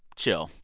chill.